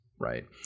right